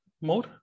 more